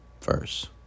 first